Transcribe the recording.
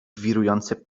wirujące